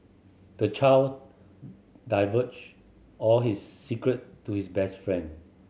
the child divulged all his secret to his best friend